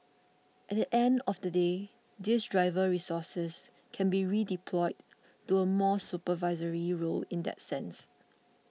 at the end of the day these driver resources can be redeployed to a more supervisory role in that sense